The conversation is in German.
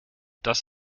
das